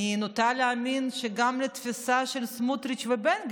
ואני נוטה להאמין שגם לתפיסת סמוטריץ' ובן גביר.